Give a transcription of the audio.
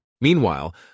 Meanwhile